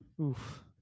Oof